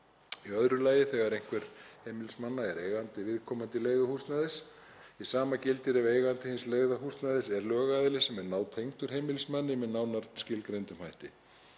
veittur þegar einhver heimilismanna er eigandi viðkomandi leiguhúsnæðis. Hið sama gildir ef eigandi hins leigða húsnæðis er lögaðili sem er nátengdur heimilismanni með nánar skilgreindum hætti.